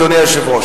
אדוני היושב-ראש.